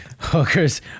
Hookers